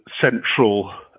central